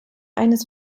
eines